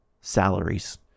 salaries